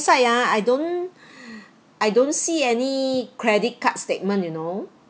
inside ah I don't I don't see any credit card statement you know